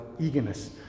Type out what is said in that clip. eagerness